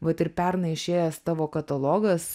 vat ir pernai išėjęs tavo katalogas